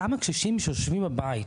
אותם הקשישים שיושבים בבית,